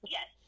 Yes